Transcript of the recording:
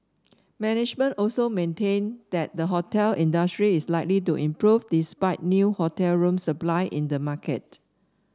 management also maintained that the hotel industry is likely to improve despite new hotel room supply in the market